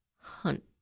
Hunt